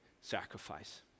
sacrifice